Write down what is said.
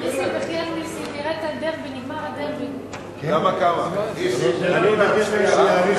אדוני היושב-ראש, כמה אפשר לבכות ולקונן על העניים